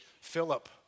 Philip